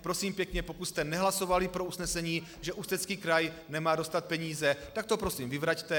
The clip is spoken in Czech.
Prosím pěkně, pokud jste nehlasovali pro usnesení, že Ústecký kraj nemá dostat peníze, tak to prosím vyvraťte.